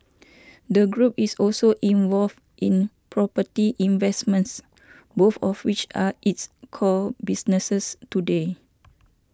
the group is also involved in property investments both of each are its core businesses today